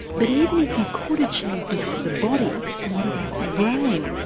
but even if you could achieve this for the body, what about the brain?